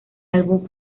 álbum